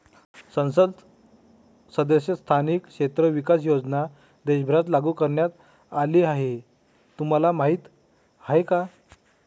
संसद सदस्य स्थानिक क्षेत्र विकास योजना देशभरात लागू करण्यात आली हे तुम्हाला माहीत आहे का?